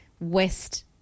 West